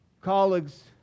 colleagues